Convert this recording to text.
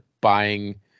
buying